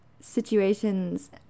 situations